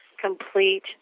complete